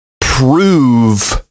prove